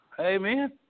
Amen